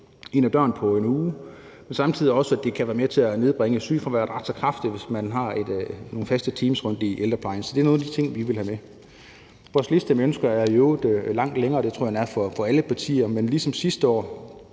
ind ad døren på en uge, og samtidig kan det være med til at nedbringe sygefraværet ret så kraftigt, hvis man har nogle faste teams rundt i ældreplejen. Så det er nogle af de ting, vi vil have med. Vores liste med ønsker er i øvrigt langt længere, og det tror jeg den er for alle partier, men ligesom sidste år